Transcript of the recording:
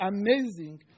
amazing